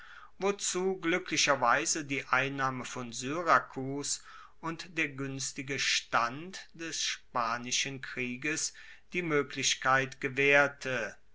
wozu gluecklicherweise die einnahme von syrakus und der guenstige stand des spanischen krieges die moeglichkeit gewaehrte